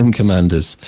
commanders